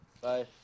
Bye